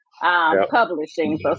Publishing